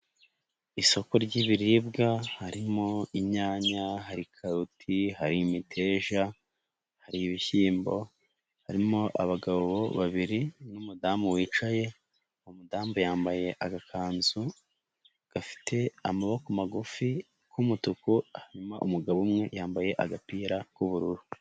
lsoko ry'ibiribwa, harimo inyanya, hari karoti ,hari imiteja ,hari ibishyimbo ,harimo abagabo babiri n'umudamu wicaye, uwo mudamu yambaye agakanzu ,gafite amaboko magufi k'umutuku, hanyuma umugabo umwe yambaye agapira k'ubururu.